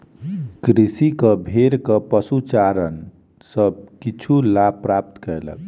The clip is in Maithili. कृषक भेड़क पशुचारण सॅ किछु लाभ प्राप्त कयलक